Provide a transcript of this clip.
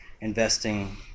investing